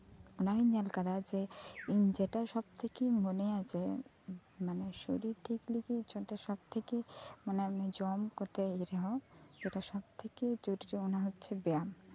ᱚᱱᱟ ᱦᱩᱸᱧ ᱧᱮᱞ ᱠᱟᱫᱟ ᱡᱮ ᱤᱧ ᱡᱮᱴᱟ ᱥᱚᱵ ᱛᱷᱮᱠᱮᱧ ᱢᱚᱱᱮᱭᱟ ᱡᱮ ᱢᱟᱱᱮ ᱥᱚᱨᱤᱨ ᱴᱷᱤᱠ ᱞᱟᱹᱜᱤᱫ ᱡᱮᱛᱮ ᱠᱷᱮᱛᱨᱮ ᱜᱮ ᱢᱟᱱᱮ ᱡᱚᱢ ᱠᱚᱛᱮ ᱤᱭᱟᱹ ᱨᱮᱦᱚᱸ ᱡᱮᱴᱟ ᱥᱚᱵ ᱛᱷᱮᱠᱮ ᱡᱚᱨᱩᱨᱤ ᱚᱱᱟ ᱦᱚᱪᱪᱷᱮ ᱵᱮᱭᱟᱢ